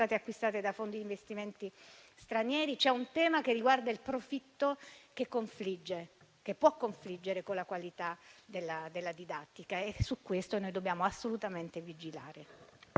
sono state acquistate da fondi di investimenti stranieri. C'è un tema riguardante il profitto, che può confliggere con la qualità della didattica, e su questo noi dobbiamo assolutamente vigilare.